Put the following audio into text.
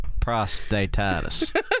prostatitis